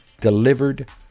delivered